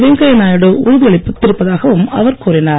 வெங்கையா நாயுடு உறுதி அளித்திருப்பதாகவும் அவர் கூறினார்